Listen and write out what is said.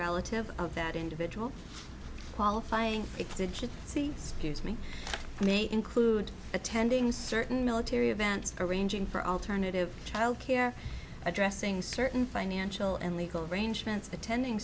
relative of that individual qualifying it did you see scuse me may include attending certain military events arranging for alternative childcare addressing certain financial and legal arrangements attending